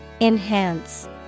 Enhance